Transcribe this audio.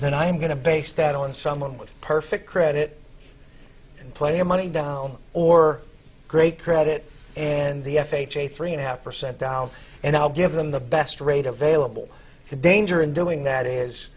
then i'm going to base that on someone with perfect credit and plenty of money down or great credit and the f h a three and a half percent down and i'll give them the best rate available the danger in doing that is